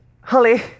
holly